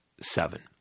seven